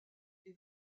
est